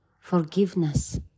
forgiveness